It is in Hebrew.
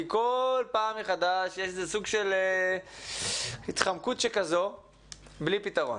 כל פעם מחדש יש איזה סוג של התחמקות כזו בלי פתרון.